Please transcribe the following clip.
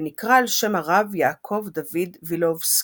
ונקרא על שם הרב יעקב דוד וילובסקי,